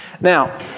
Now